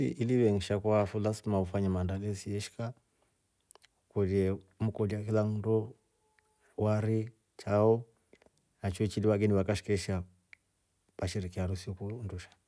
Ili ive nsha lasima ufanye maandalisi yeshika mkolye kilanndo wari, chao na cho vageni vakashika washerekee harusi undusha.